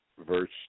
Verse